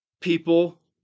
people